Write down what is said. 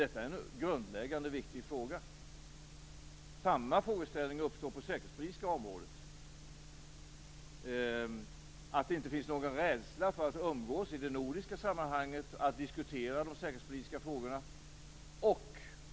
Detta är en grundläggande och viktig fråga. Samma frågeställning uppstår på det säkerhetspolitiska området. Det finns inte någon rädsla för att umgås i det nordiska sammanhanget, för att diskutera de säkerhetspolitiska frågorna.